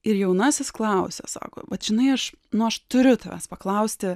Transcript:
ir jaunasis klausia sako vat žinai aš nors turiu tavęs paklausti